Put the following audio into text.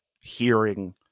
hearing